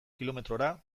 kilometrora